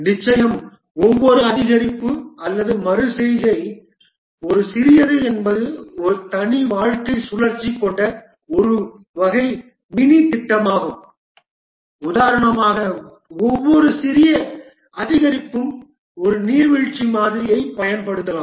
நிச்சயமாக ஒவ்வொரு அதிகரிப்பு அல்லது மறு செய்கை ஒரு சிறியது என்பது ஒரு தனி வாழ்க்கைச் சுழற்சியைக் கொண்ட ஒரு வகை மினி திட்டமாகும் உதாரணமாக ஒவ்வொரு சிறிய அதிகரிப்பும் ஒரு நீர்வீழ்ச்சி மாதிரியைப் பயன்படுத்தலாம்